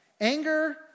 Anger